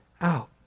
out